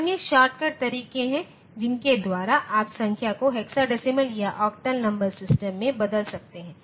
अन्य शॉर्टकट तरीके हैं जिनके द्वारा आप संख्या को हेक्साडेसिमल या ऑक्टल नंबर सिस्टम में बदल सकते हैं